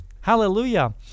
Hallelujah